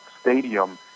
stadium